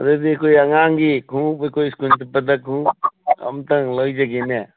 ꯑꯗꯨꯗꯤ ꯑꯩꯈꯣꯏ ꯑꯉꯥꯡꯒꯤ ꯈꯣꯡꯎꯞ ꯑꯩꯈꯣꯏ ꯁ꯭ꯀꯨꯜ ꯆꯠꯄꯗ ꯈꯣꯡꯎꯞ ꯑꯃꯇꯪ ꯂꯩꯖꯒꯦꯅꯦ